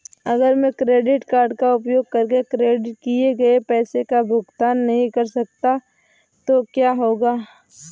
अगर मैं credit card का उपयोग करके क्रेडिट किए गए पैसे का भुगतान नहीं कर सकता तो क्या होगा?